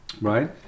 Right